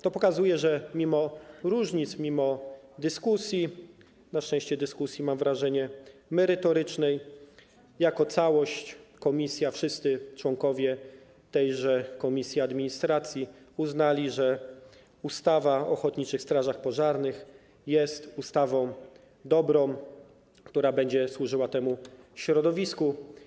To pokazuje, że mimo różnic, mimo dyskusji - na szczęście dyskusji, mam wrażenie, merytorycznej - jako całość komisja administracji, wszyscy członkowie tejże komisji uznali, że ustawa o ochotniczych strażach pożarnych jest ustawą dobrą, która będzie służyła temu środowisku.